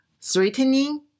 threatening